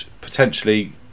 potentially